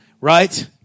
right